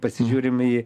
pasižiūrim į